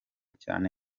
cyane